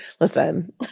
Listen